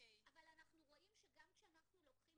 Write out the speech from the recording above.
אבל אנחנו רואים שגם כשאנחנו לוקחים